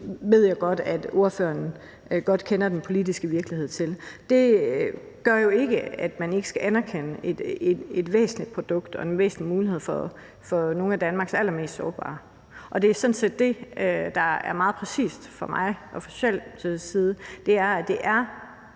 ved jeg at ordføreren kender den politiske virkelighed godt nok til at vide noget om. Det gør jo ikke, at man ikke skal anerkende et væsentligt produkt og en væsentlig mulighed for nogle af Danmarks allermest sårbare, og det er sådan set præcis det, der er meget vigtigt for mig og for Socialdemokratiet. Det er, at det er